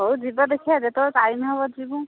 ହଉ ଯିବା ଦେଖିବା ଯେତେବେଳେ ଟାଇମ୍ ହବ ଯିବୁ